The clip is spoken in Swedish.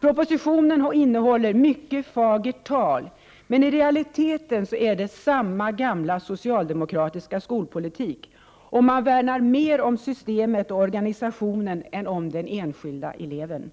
Propositionen innehåller mycket fagert tal, men i realiteten är det samma gamla socialdemokratiska skolpolitik. Man värnar mer om systemet och organisationen än om den enskilde eleven.